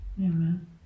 Amen